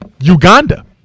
uganda